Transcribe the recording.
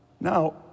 Now